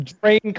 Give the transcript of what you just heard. drain